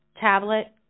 tablet